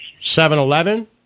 7-Eleven